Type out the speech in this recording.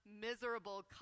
miserable